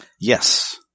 yes